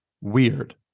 weird